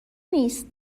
نیست